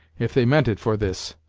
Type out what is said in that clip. if they meant it for this.